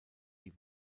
die